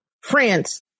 France